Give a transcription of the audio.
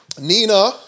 Nina